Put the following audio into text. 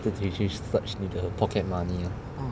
自己去 search 你的 pocket money ah